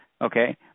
Okay